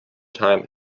time